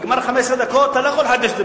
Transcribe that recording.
נגמרות 15 הדקות, אתה לא יכול לחדש את זה